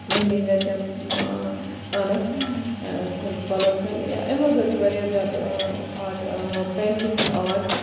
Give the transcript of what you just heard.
mummy گَرکٮ۪ن پانَس چھَس بہٕ پَلو ہیٚچھان یا امہِ وَغٲر چھِ واریاہ زیادٕ آٹ پینٹِنٛگ ہُنٛد آٹ